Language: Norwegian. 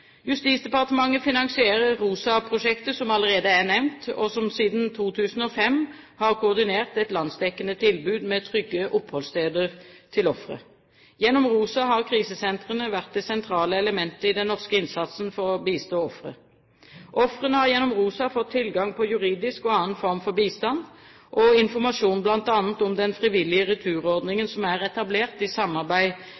Justisdepartementet finansierer ROSA-prosjektet, som allerede er nevnt, som siden 2005 har koordinert et landsdekkende tilbud med trygge oppholdssteder til ofre. Gjennom ROSA har krisesentrene vært det sentrale elementet i den norske innsatsen for å bistå ofre. Ofrene har gjennom ROSA fått tilgang på juridisk og annen form for bistand, og informasjon bl.a. om den frivillige